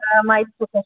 ಹಾಂ